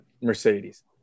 mercedes